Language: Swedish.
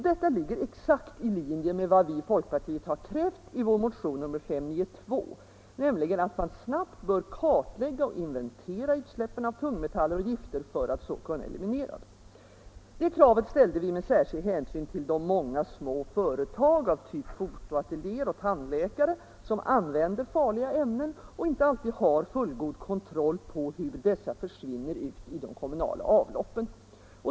Detta ligger exakt i linje med vad vi i folkpartiet har krävt i vår motion nr 592, nämligen att man snabbt bör kartlägga och inventera utsläppen av tungmetaller och gifter för att kunna eliminera dem. Det kravet ställde vi med särskild hänsyn till de många små företag av typ fotoateljéer och tandläkarmottagningar som använder farliga ämnen och inte alltid har fullgod kontroll över hur dessa försvinner ut i de kommunala avloppen.